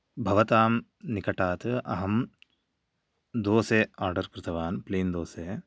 भवतां निकटात् अहं दोसा आर्डर् कृतवान् प्लेन् दोसा